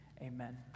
amen